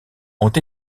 ont